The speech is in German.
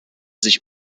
sich